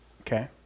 Okay